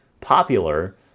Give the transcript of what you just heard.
popular